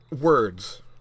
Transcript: words